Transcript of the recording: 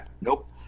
Nope